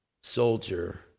soldier